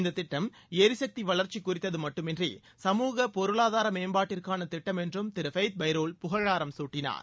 இந்த திட்டம் எரிசக்தி வளர்ச்சி குறித்தது மட்டுமின்றி சமூக பொருளாதார மேம்பாட்டிற்கான திட்டம் என்றும் திரு ஃபெய்த் பைரோல் புகழாரம் சூட்டினார்